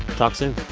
talk soon